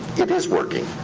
it is working.